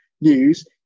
news